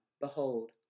behold